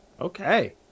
Okay